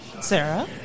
Sarah